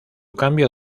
cambio